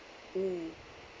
mm